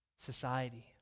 society